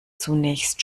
zunächst